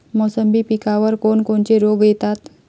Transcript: मोसंबी पिकावर कोन कोनचे रोग येतात?